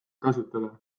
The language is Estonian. kasutada